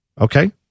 okay